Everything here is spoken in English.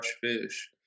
fish